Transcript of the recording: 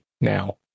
now